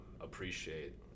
appreciate